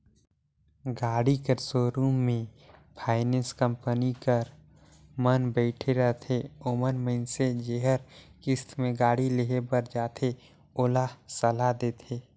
गाड़ी कर सोरुम में फाइनेंस कंपनी कर मन बइठे रहथें ओमन मइनसे जेहर किस्त में गाड़ी लेहे बर जाथे ओला सलाह देथे